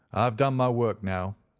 i've done my work now,